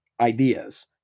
ideas